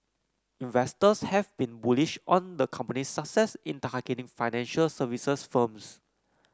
investors have been bullish on the company's success in targeting financial services firms